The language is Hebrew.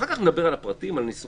אחר כך נדבר על הפרטים, על ניסוחים.